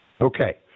Okay